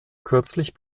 kürzlich